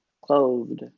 clothed